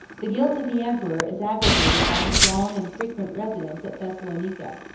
the guilt of the emperor is aggravated by his long and frequent residence at thessalonica.